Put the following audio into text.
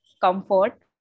comfort